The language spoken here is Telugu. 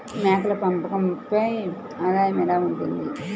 మేకల పెంపకంపై ఆదాయం ఎలా ఉంటుంది?